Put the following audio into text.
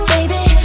Baby